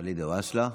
ואליד אלהואשלה.